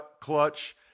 clutch